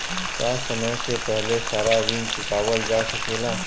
का समय से पहले सारा ऋण चुकावल जा सकेला?